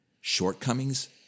shortcomings